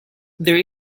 there